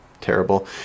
terrible